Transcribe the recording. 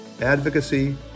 advocacy